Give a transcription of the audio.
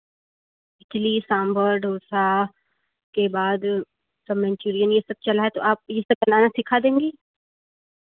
Italy sambar dosa के बाद सब मनचुरियन ये सब चला तो आप यह सब बनाना सिखा देंगी